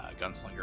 gunslinger